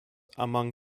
among